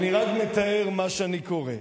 אני רק מתאר מה שאני קורא.